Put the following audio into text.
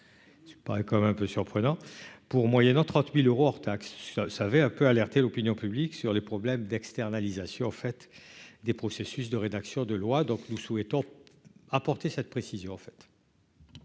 Tu pourrais quand même un peu surprenant pour moyennant 30000 euros hors taxes, ça avait un peu alerter l'opinion publique sur les problèmes d'externalisation fait des processus de rédaction de loi donc, nous souhaitons apporter cette précision